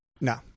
No